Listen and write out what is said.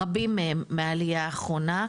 רבים מהם מהעלייה האחרונה,